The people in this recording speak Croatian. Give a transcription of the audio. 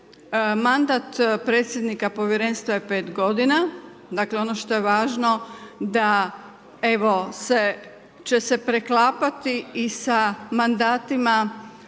mandat predsjednik povjerenstva je 5 g., dakle ono što je važno da evo će se preklapati i sa mandatima